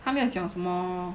他没有讲什么